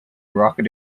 rocket